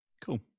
Cool